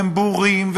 והם בורים,